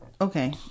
Okay